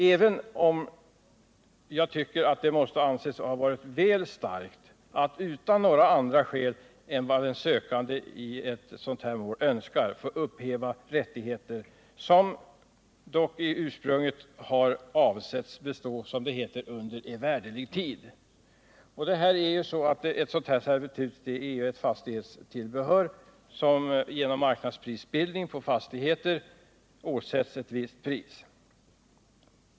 Jag tycker emellertid att det måste anses vara väl starkt att, utan några andra skäl än vad den sökande i målet önskar, upphäva rättigheter som ursprungligen har avsetts bestå, som det heter, under evärdlig tid. Ett sådant här servitut är ju ett fastighetstillbehör, som genom marknadsprisbildning på fastigheter åsätts ett visst pris.